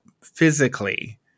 physically